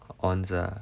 我 on lah